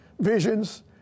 visions